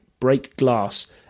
BreakGlass